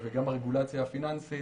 הרגולציה הפיננסית,